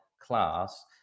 class